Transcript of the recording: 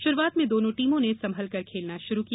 शुरूआत में दोनों टीमों ने संभलकर खेलना शुरू किया